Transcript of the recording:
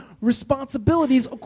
responsibilities